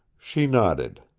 she nodded.